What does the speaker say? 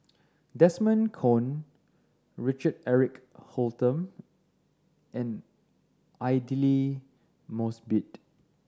Desmond Kon Richard Eric Holttum and Aidli Mosbit